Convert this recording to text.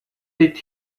did